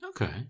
Okay